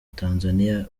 tanzania